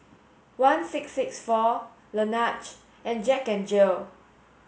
one six six four Laneige and Jack N Jill